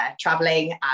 traveling